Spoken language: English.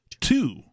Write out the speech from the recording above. two